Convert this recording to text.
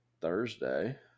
Thursday